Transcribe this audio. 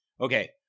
Okay